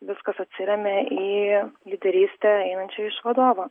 viskas atsiremia į lyderystę einančią iš vadovo